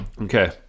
Okay